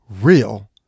real